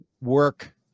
work